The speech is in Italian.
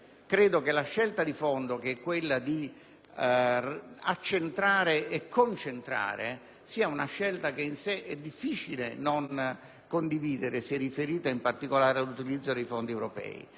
la scelta di fondo di accentrare e concentrare è una scelta che in sé è difficile non condividere, se riferita in particolare all'utilizzo dei fondi europei.